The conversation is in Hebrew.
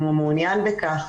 אם הוא מעוניין בכך.